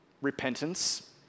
repentance